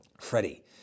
Freddie